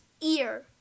ear